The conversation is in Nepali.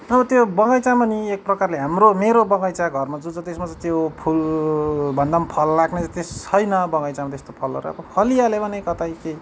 अब त्यो बगैँचामा नि एक प्रकारले हाम्रो मेरो बगैँचा घरमा जो छ त्यसमा चाहिँ त्यो फुलभन्दा पनि फल लाग्ने चाहिँ छैन बगैँचामा त्यस्तो फलहरू अब फलिहाल्यो भने कतै केही